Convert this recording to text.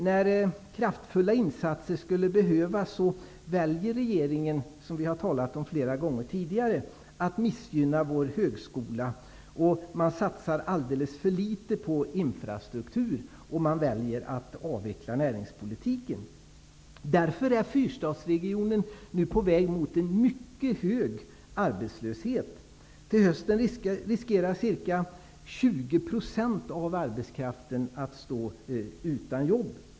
När kraftfulla insatser skulle behövas, väljer regeringen, som vi har talat om flera gånger tidigare, att missgynna vår högskola. Man satsar alldeles för litet på infrastruktur, och man väljer att avveckla näringspolitiken. Därför är fyrstadsregionen nu på väg mot en mycket hög arbetslöshet. Till hösten riskerar ca 20 % av arbetskraften att stå utan jobb.